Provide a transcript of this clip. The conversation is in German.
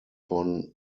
von